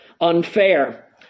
unfair